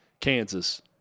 kansas